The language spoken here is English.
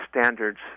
standards